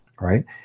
right